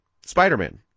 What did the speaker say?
Spider-Man